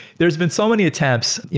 there're been so many attempts,